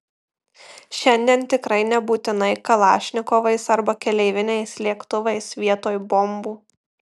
šiandien tikrai nebūtinai kalašnikovais arba keleiviniais lėktuvais vietoj bombų